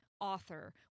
author